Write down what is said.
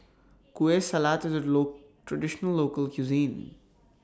Kueh Salat IS A Low Traditional Local Cuisine